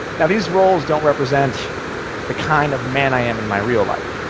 yeah these roles don't represent the kind of man i am in my real life,